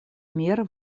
меры